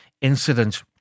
incident